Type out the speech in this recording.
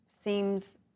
seems